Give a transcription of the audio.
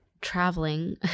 traveling